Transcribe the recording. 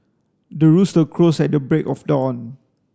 the rooster crows at the break of dawn